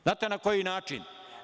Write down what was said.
Znate na koji način?